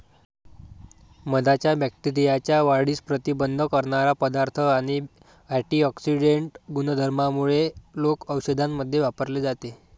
मधाच्या बॅक्टेरियाच्या वाढीस प्रतिबंध करणारा पदार्थ आणि अँटिऑक्सिडेंट गुणधर्मांमुळे लोक औषधांमध्ये वापरले जाते